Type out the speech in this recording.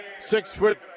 six-foot